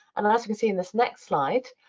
and, as you can see in this next slide,